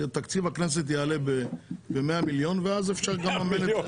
תקציב הכנסת יעלה ב-100 מיליון ואז אפשר יהיה לממן.